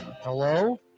Hello